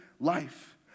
life